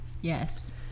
Yes